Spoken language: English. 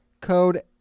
code